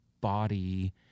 body